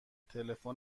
تلفن